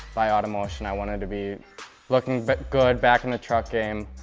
by automotion, i wanted to be looking but good back in the truck game.